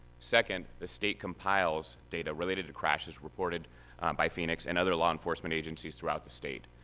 second, the state compiles data related to crashes reported by phoenix and other law enforcement agencies throughout the state.